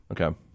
Okay